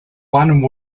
one